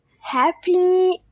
Happy